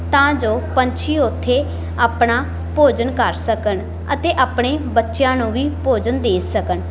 ਤਾਂ ਜੋ ਪੰਛੀ ਉੱਥੇ ਆਪਣਾ ਭੋਜਨ ਕਰ ਸਕਣ ਅਤੇ ਆਪਣੇ ਬੱਚਿਆਂ ਨੂੰ ਵੀ ਭੋਜਨ ਦੇ ਸਕਣ